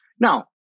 Now